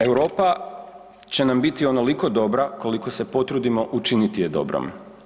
Europa će nam biti onoliko dobra koliko se potrudimo učiniti je dobrom.